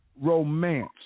romance